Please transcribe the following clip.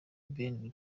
ben